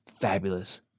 fabulous